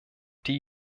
die